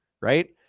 right